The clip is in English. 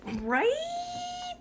right